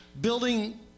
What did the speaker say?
Building